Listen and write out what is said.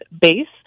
base